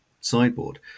sideboard